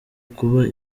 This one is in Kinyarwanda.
kuba